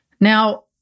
Now